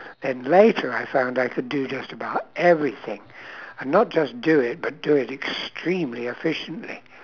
and later I found I could do just about everything and not just do it but do it extremely efficiently